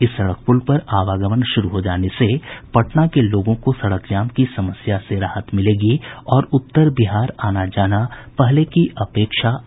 इस सड़क पुल पर आवागमन शुरू हो जाने से पटना के लोगों को सड़क जाम की समस्या से राहत मिलेगी और उत्तर बिहार आना जाना पहले की अपेक्षा आसान हो जायेगा